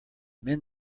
mend